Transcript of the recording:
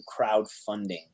crowdfunding